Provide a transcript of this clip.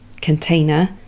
container